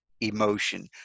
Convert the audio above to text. emotion